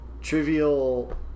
trivial